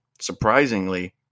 surprisingly